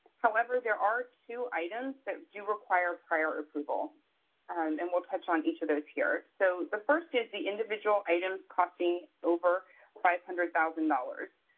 however, there are two items that do require prior approval and we'll touch on each of those here. so the first is the individual items costing over five hundred thousand dollars.